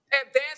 Advanced